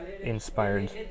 inspired